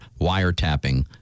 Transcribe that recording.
wiretapping